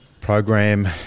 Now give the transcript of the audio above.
program